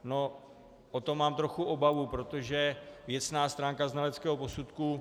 No, o to mám trochu obavu, protože věcná stránka znaleckého posudku...